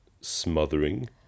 smothering